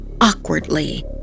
awkwardly